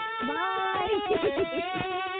Bye